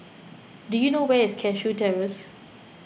do you know where is Cashew Terrace